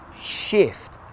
shift